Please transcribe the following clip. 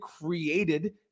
created